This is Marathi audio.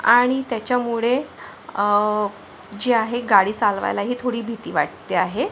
आणि त्याच्यामुळे जी आहे गाडी चालवायलाही थोडी भीती वाटते आहे